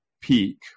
peak